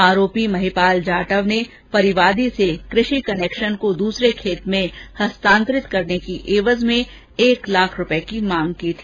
आरोपी महिपाल जाटव परिवादी से कृषि कनेक्षन को दूसरे खेत में हस्तांतरित करने की एवज में एक लाख रूपए मांग रहा था